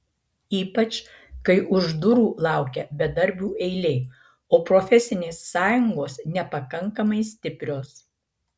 ypač kai už durų laukia bedarbių eilė o profesinės sąjungos nepakankamai stiprios